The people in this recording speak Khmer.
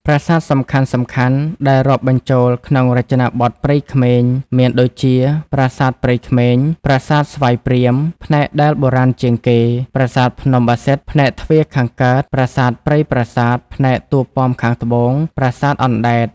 ប្រាសាទសំខាន់ៗដែលរាប់បញ្ចូលក្នុងរចនាបថព្រៃក្មេង មានដូចជា ប្រាសាទព្រៃក្មេង ប្រាសាទស្វាយព្រាម ផ្នែកដែលបុរាណជាងគេ ប្រាសាទភ្នំបាសិទ្ធ ផ្នែកទ្វារខាងកើត ប្រាសាទព្រៃប្រាសាទ ផ្នែកតួប៉មខាងត្បូង ប្រាសាទអណ្តែត ។